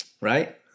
Right